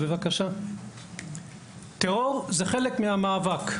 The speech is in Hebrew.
דוגמאות לטרור כחלק מהמאבק: